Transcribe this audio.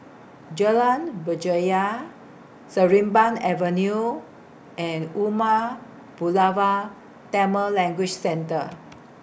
Jalan Berjaya Sarimbun Avenue and Umar Pulavar Tamil Language Centre